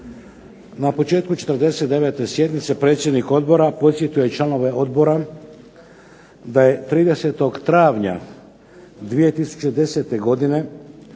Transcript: Na početku 49. sjednice predsjednik Odbora podsjetio je članove Odbora da je 30. travnja 2010. godine